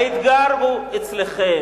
האתגר הוא אצלכם.